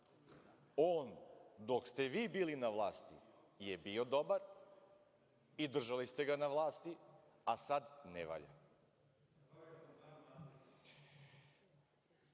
on, dok ste vi bili na vlasti, je bio dobar i držali ste ga na vlasti, a sad ne valja? Kad